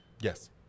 Yes